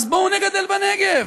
אז בואו נגדל בנגב,